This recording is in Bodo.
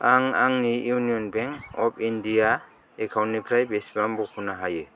आं आंनि इउनियन बेंक अफ इण्डिया एकाउन्टनिफ्राय बेसेबां बख'नो हायो